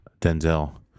Denzel